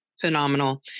Phenomenal